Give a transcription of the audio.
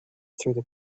through